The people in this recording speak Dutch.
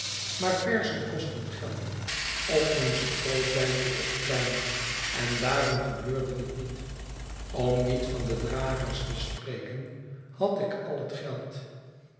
maar verzen kosten geld of men ze groot beitelt of klein en daarom gebeurde het niet om niet van de dragers te spreken had ik al het geld